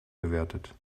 bewertet